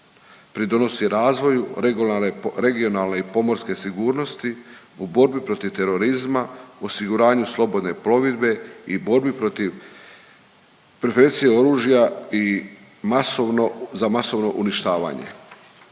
pridonosi razvoju regionalne i pomorske sigurnosti u borbi protiv terorizma, osiguranju slobodne plovidbe i borbi protiv preferencije oružja i masovno, za masovno uništavanje.